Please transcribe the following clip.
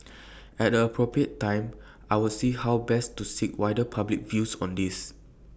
at the appropriate time I will see how best to seek wider public views on this